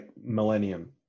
millennium